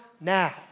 now